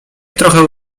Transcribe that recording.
trochę